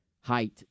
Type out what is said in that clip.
height